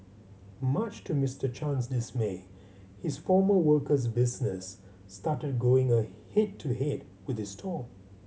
much to Mister Chan's dismay his former worker's business started going a head to head with his stall